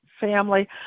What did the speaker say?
family